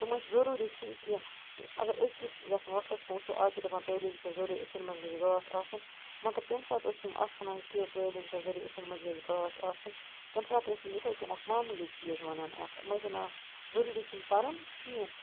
تٔمۍ ٲسۍ ضروٗری چھُنہٕ کیٚنٛہہ اَگر أزکِس یَتھ وقتس کُن وٕچھو آز چھِ دپان تٔعلیٖم چھِ ضروٗری أچھن منٛز گژھِ گاش آسُن مگر تَمہِ ساتن ٲسۍ تِم اَتھ سَنان کیٚنٛہہ تٔعلیٖم چھِ ضروٗری أچھن منٛز گَژھِ گاش آسُن تَمہِ ساتہٕ ٲسۍ یِم یِتھٕے کٔنۍ اَکھ معموٗلی چیٖز وَنان اَتھ تٔمۍ ٲسۍ وَنان ضروٗری چھُنہٕ پَرُن کہیٖنۍ